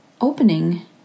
Opening